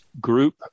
Group